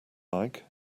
like